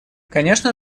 конечно